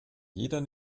jeder